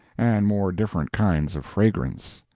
and more different kinds of fragrance.